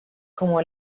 como